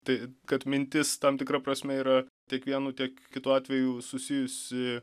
tai kad mintis tam tikra prasme yra tik vienu tiek kitu atveju susijusi